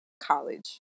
college